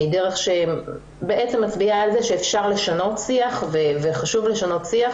היא דרך שבעצם מצביעה על כך שאפשר לשנות שיח וחשוב לשנות שיח